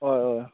हय हय